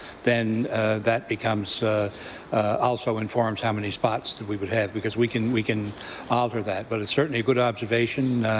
then that becomes also informs how many spots that we would have, because we can we can offer that. but it's certainly a good observation.